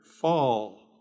fall